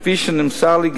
כפי שנמסר לי,